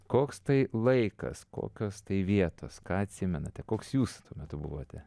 koks tai laikas kokios tai vietos ką atsimenate koks jūs tuo metu buvote